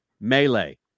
Melee